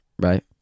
right